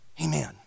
Amen